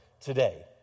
today